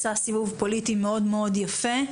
עשה סיבוב פוליטי מאוד מאוד יפה,